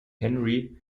henry